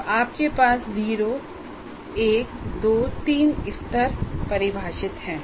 तो आपके पास 0 1 2 3 स्तर परिभाषित हैं